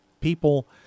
people